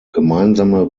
gemeinsame